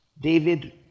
David